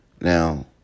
Now